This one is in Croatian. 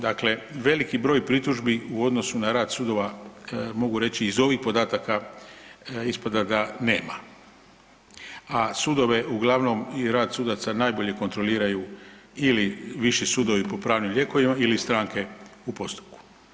Dakle, veliki broj pritužbi u odnosu na rad sudova, mogu reći iz ovih podataka, ispada da nema, a sudove uglavnom i rad sudaca najbolje kontroliraju ili viši sudovi po pravnim lijekovima ili stranke u postupku.